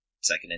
second